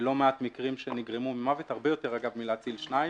לא מעט מקרים שגרמו למוות - הרבה יותר מלהציל שניים.